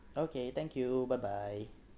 okay thank you bye bye